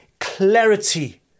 clarity